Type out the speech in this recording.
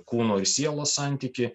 kūno ir sielos santykį